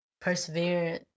persevere